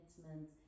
commitment